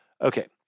Okay